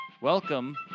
Welcome